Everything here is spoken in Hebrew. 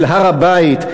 אל הר-הבית,